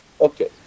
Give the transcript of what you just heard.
Okay